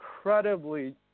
incredibly